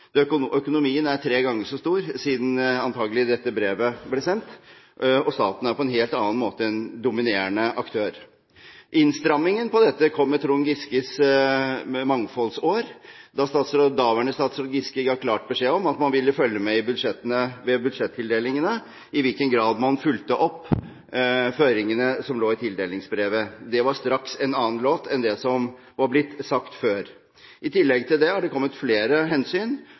annen. Økonomien er tre ganger så stor som da dette brevet antakelig ble sendt. Og staten er på en helt annen måte en dominerende aktør. Innstrammingen på dette kom med Trond Giskes mangfoldsår. Daværende statsråd Giske ga klar beskjed om at man ville følge med ved budsjettildelingene i hvilken grad man fulgte opp føringene som lå i tildelingsbrevet. Det var straks en annen låt enn det som var blitt sagt før. I tillegg til det er det kommet flere hensyn,